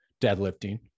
deadlifting